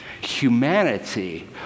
humanity